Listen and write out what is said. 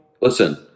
listen